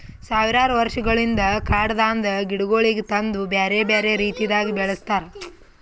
ಸಾವಿರಾರು ವರ್ಷಗೊಳಿಂದ್ ಕಾಡದಾಂದ್ ಗಿಡಗೊಳಿಗ್ ತಂದು ಬ್ಯಾರೆ ಬ್ಯಾರೆ ರೀತಿದಾಗ್ ಬೆಳಸ್ತಾರ್